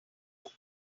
make